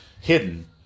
hidden